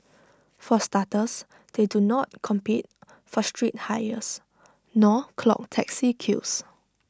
for starters they do not compete for street hires nor clog taxi queues